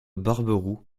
barbaroux